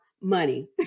money